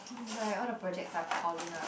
like all the projects are piling up